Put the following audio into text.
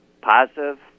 positive